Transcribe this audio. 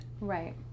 Right